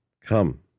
come